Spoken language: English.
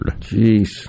Jeez